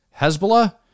Hezbollah